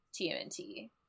TMNT